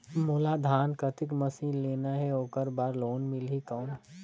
मोला धान कतेक मशीन लेना हे ओकर बार लोन मिलही कौन?